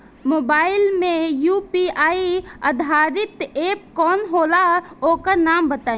Mobile म UPI आधारित app कौन होला ओकर नाम बताईं?